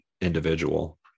individual